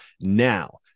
now